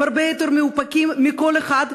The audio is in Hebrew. הם הרבה יותר מאופקים מכל אחד,